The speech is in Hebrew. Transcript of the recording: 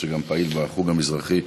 שהוא גם פעיל בחוג המזרחי,